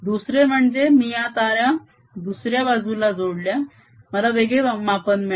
दुसरे म्हणजे मी या तारा दुसऱ्या बाजूला जोडल्या मला वेगळे मापन मिळाले